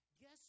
Guess